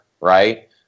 right